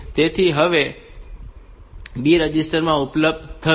તેથી તે હવે B રજિસ્ટર માં ઉપલબ્ધ થશે